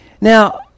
Now